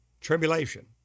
tribulation